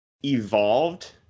evolved